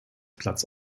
platz